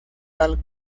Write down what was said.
tal